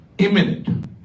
Imminent